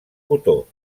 cotó